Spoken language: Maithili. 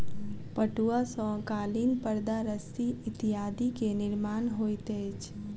पटुआ सॅ कालीन परदा रस्सी इत्यादि के निर्माण होइत अछि